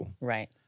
right